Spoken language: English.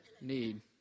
need